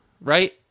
right